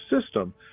system